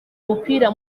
umupira